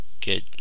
good